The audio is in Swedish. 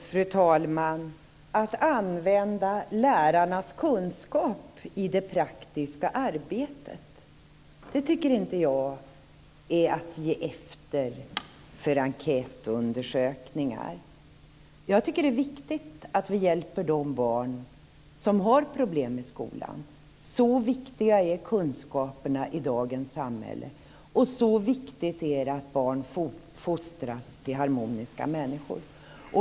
Fru talman! Att använda lärarnas kunskap i det praktiska arbetet tycker inte jag är att ge efter för enkätundersökningar. Jag tycker att det är viktigt att vi hjälper de barn som har problem med skolan. Så viktiga är kunskaperna i dagens samhälle och så viktigt är det att barn fostras till harmoniska människor.